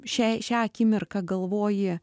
šiai šią akimirką galvoji